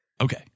Okay